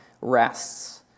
rests